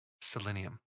selenium